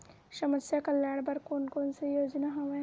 समस्या कल्याण बर कोन कोन से योजना हवय?